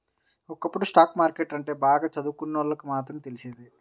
ఒకప్పుడు stock market అంటే బాగా చదువుకున్నోళ్ళకి మాత్రమే తెలిసేది